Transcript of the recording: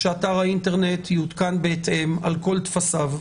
שאתר האינטרנט יעודכן בהתאם על כל טפסיו.